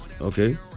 Okay